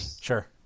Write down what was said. Sure